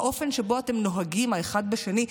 האופן שבו אתם נוהגים אחד בשני,